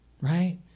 right